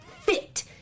fit